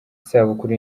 isabukuru